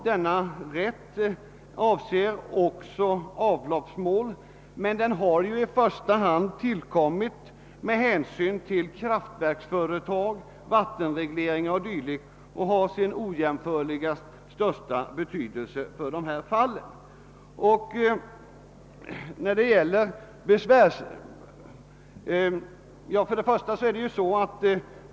Denna rätt avser också avloppsmål, men den har i första hand tillkommit med hänsyn till kraftverksföretag, vattenregleringar o.d. och har sin ojäm förligt största betydelse för sådana fall.